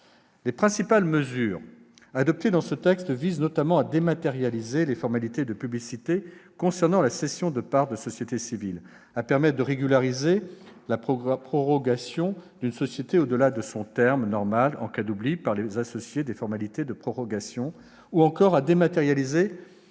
Les principales mesures adoptées dans ce texte visent notamment à dématérialiser les formalités de publicité concernant la cession de parts de société civile, à permettre de régulariser la prorogation d'une société au-delà de son terme normal en cas d'oubli par les associés des formalités de prorogation, ou encore à dématérialiser les assemblées